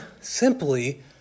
simply